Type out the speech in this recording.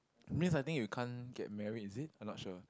means I think you can't get married is it I not sure